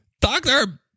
Doctor